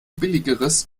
billigeres